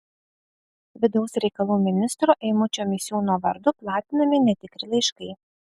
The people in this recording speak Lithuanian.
vidaus reikalų ministro eimučio misiūno vardu platinami netikri laiškai